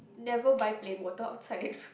never buy plain water outside